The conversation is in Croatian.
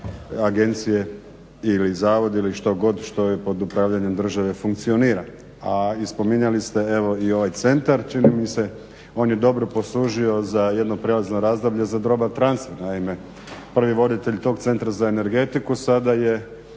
agencije ili zavodi ili što god što je pod upravljanjem države funkcionira. A spominjali ste evo i ovaj centar čini mi se, on je dobro poslužio za jedno prijelazno razdoblje za dobar transfer. Naime, prvi voditelj tog Centra za energetiku sada je